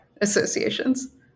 associations